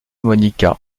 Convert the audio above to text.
monica